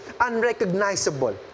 unrecognizable